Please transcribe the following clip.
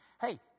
Hey